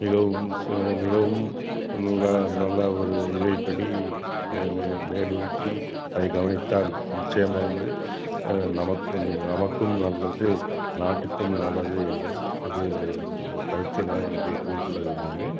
மிகவும் மிகவும் நல்ல நல்ல ஒரு இதைப்படி மேலூன்றி அதை கவனித்தால் நிச்சயமாக வந்து நமக்கு நமக்கும் நல்லது நாட்டுக்கும் நல்லது என்று ஒரு கருத்தை நான் இங்கே கூறிக்கொள்ள விரும்புகிறேன்